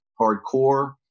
hardcore